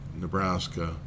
nebraska